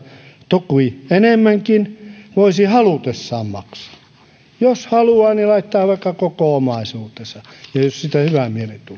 toki enemmänkin voisi halutessaan maksaa jos haluaa niin laittaa vaikka koko omaisuutensa jos siitä hyvä mieli tulee